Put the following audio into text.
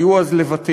היו אז לבטים,